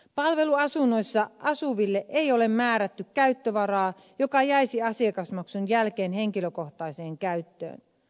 palveluasunnoissa asuville ei ole määrätty käyttövaraa joka jäisi asiakasmaksun jälkeen henkilökohtaiseen käyttöön